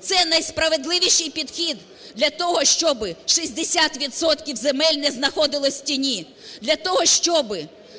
це найсправедливіший підхід, для того, щоб 60 відсотків земель не знаходилось в тіні. Для того, щоб,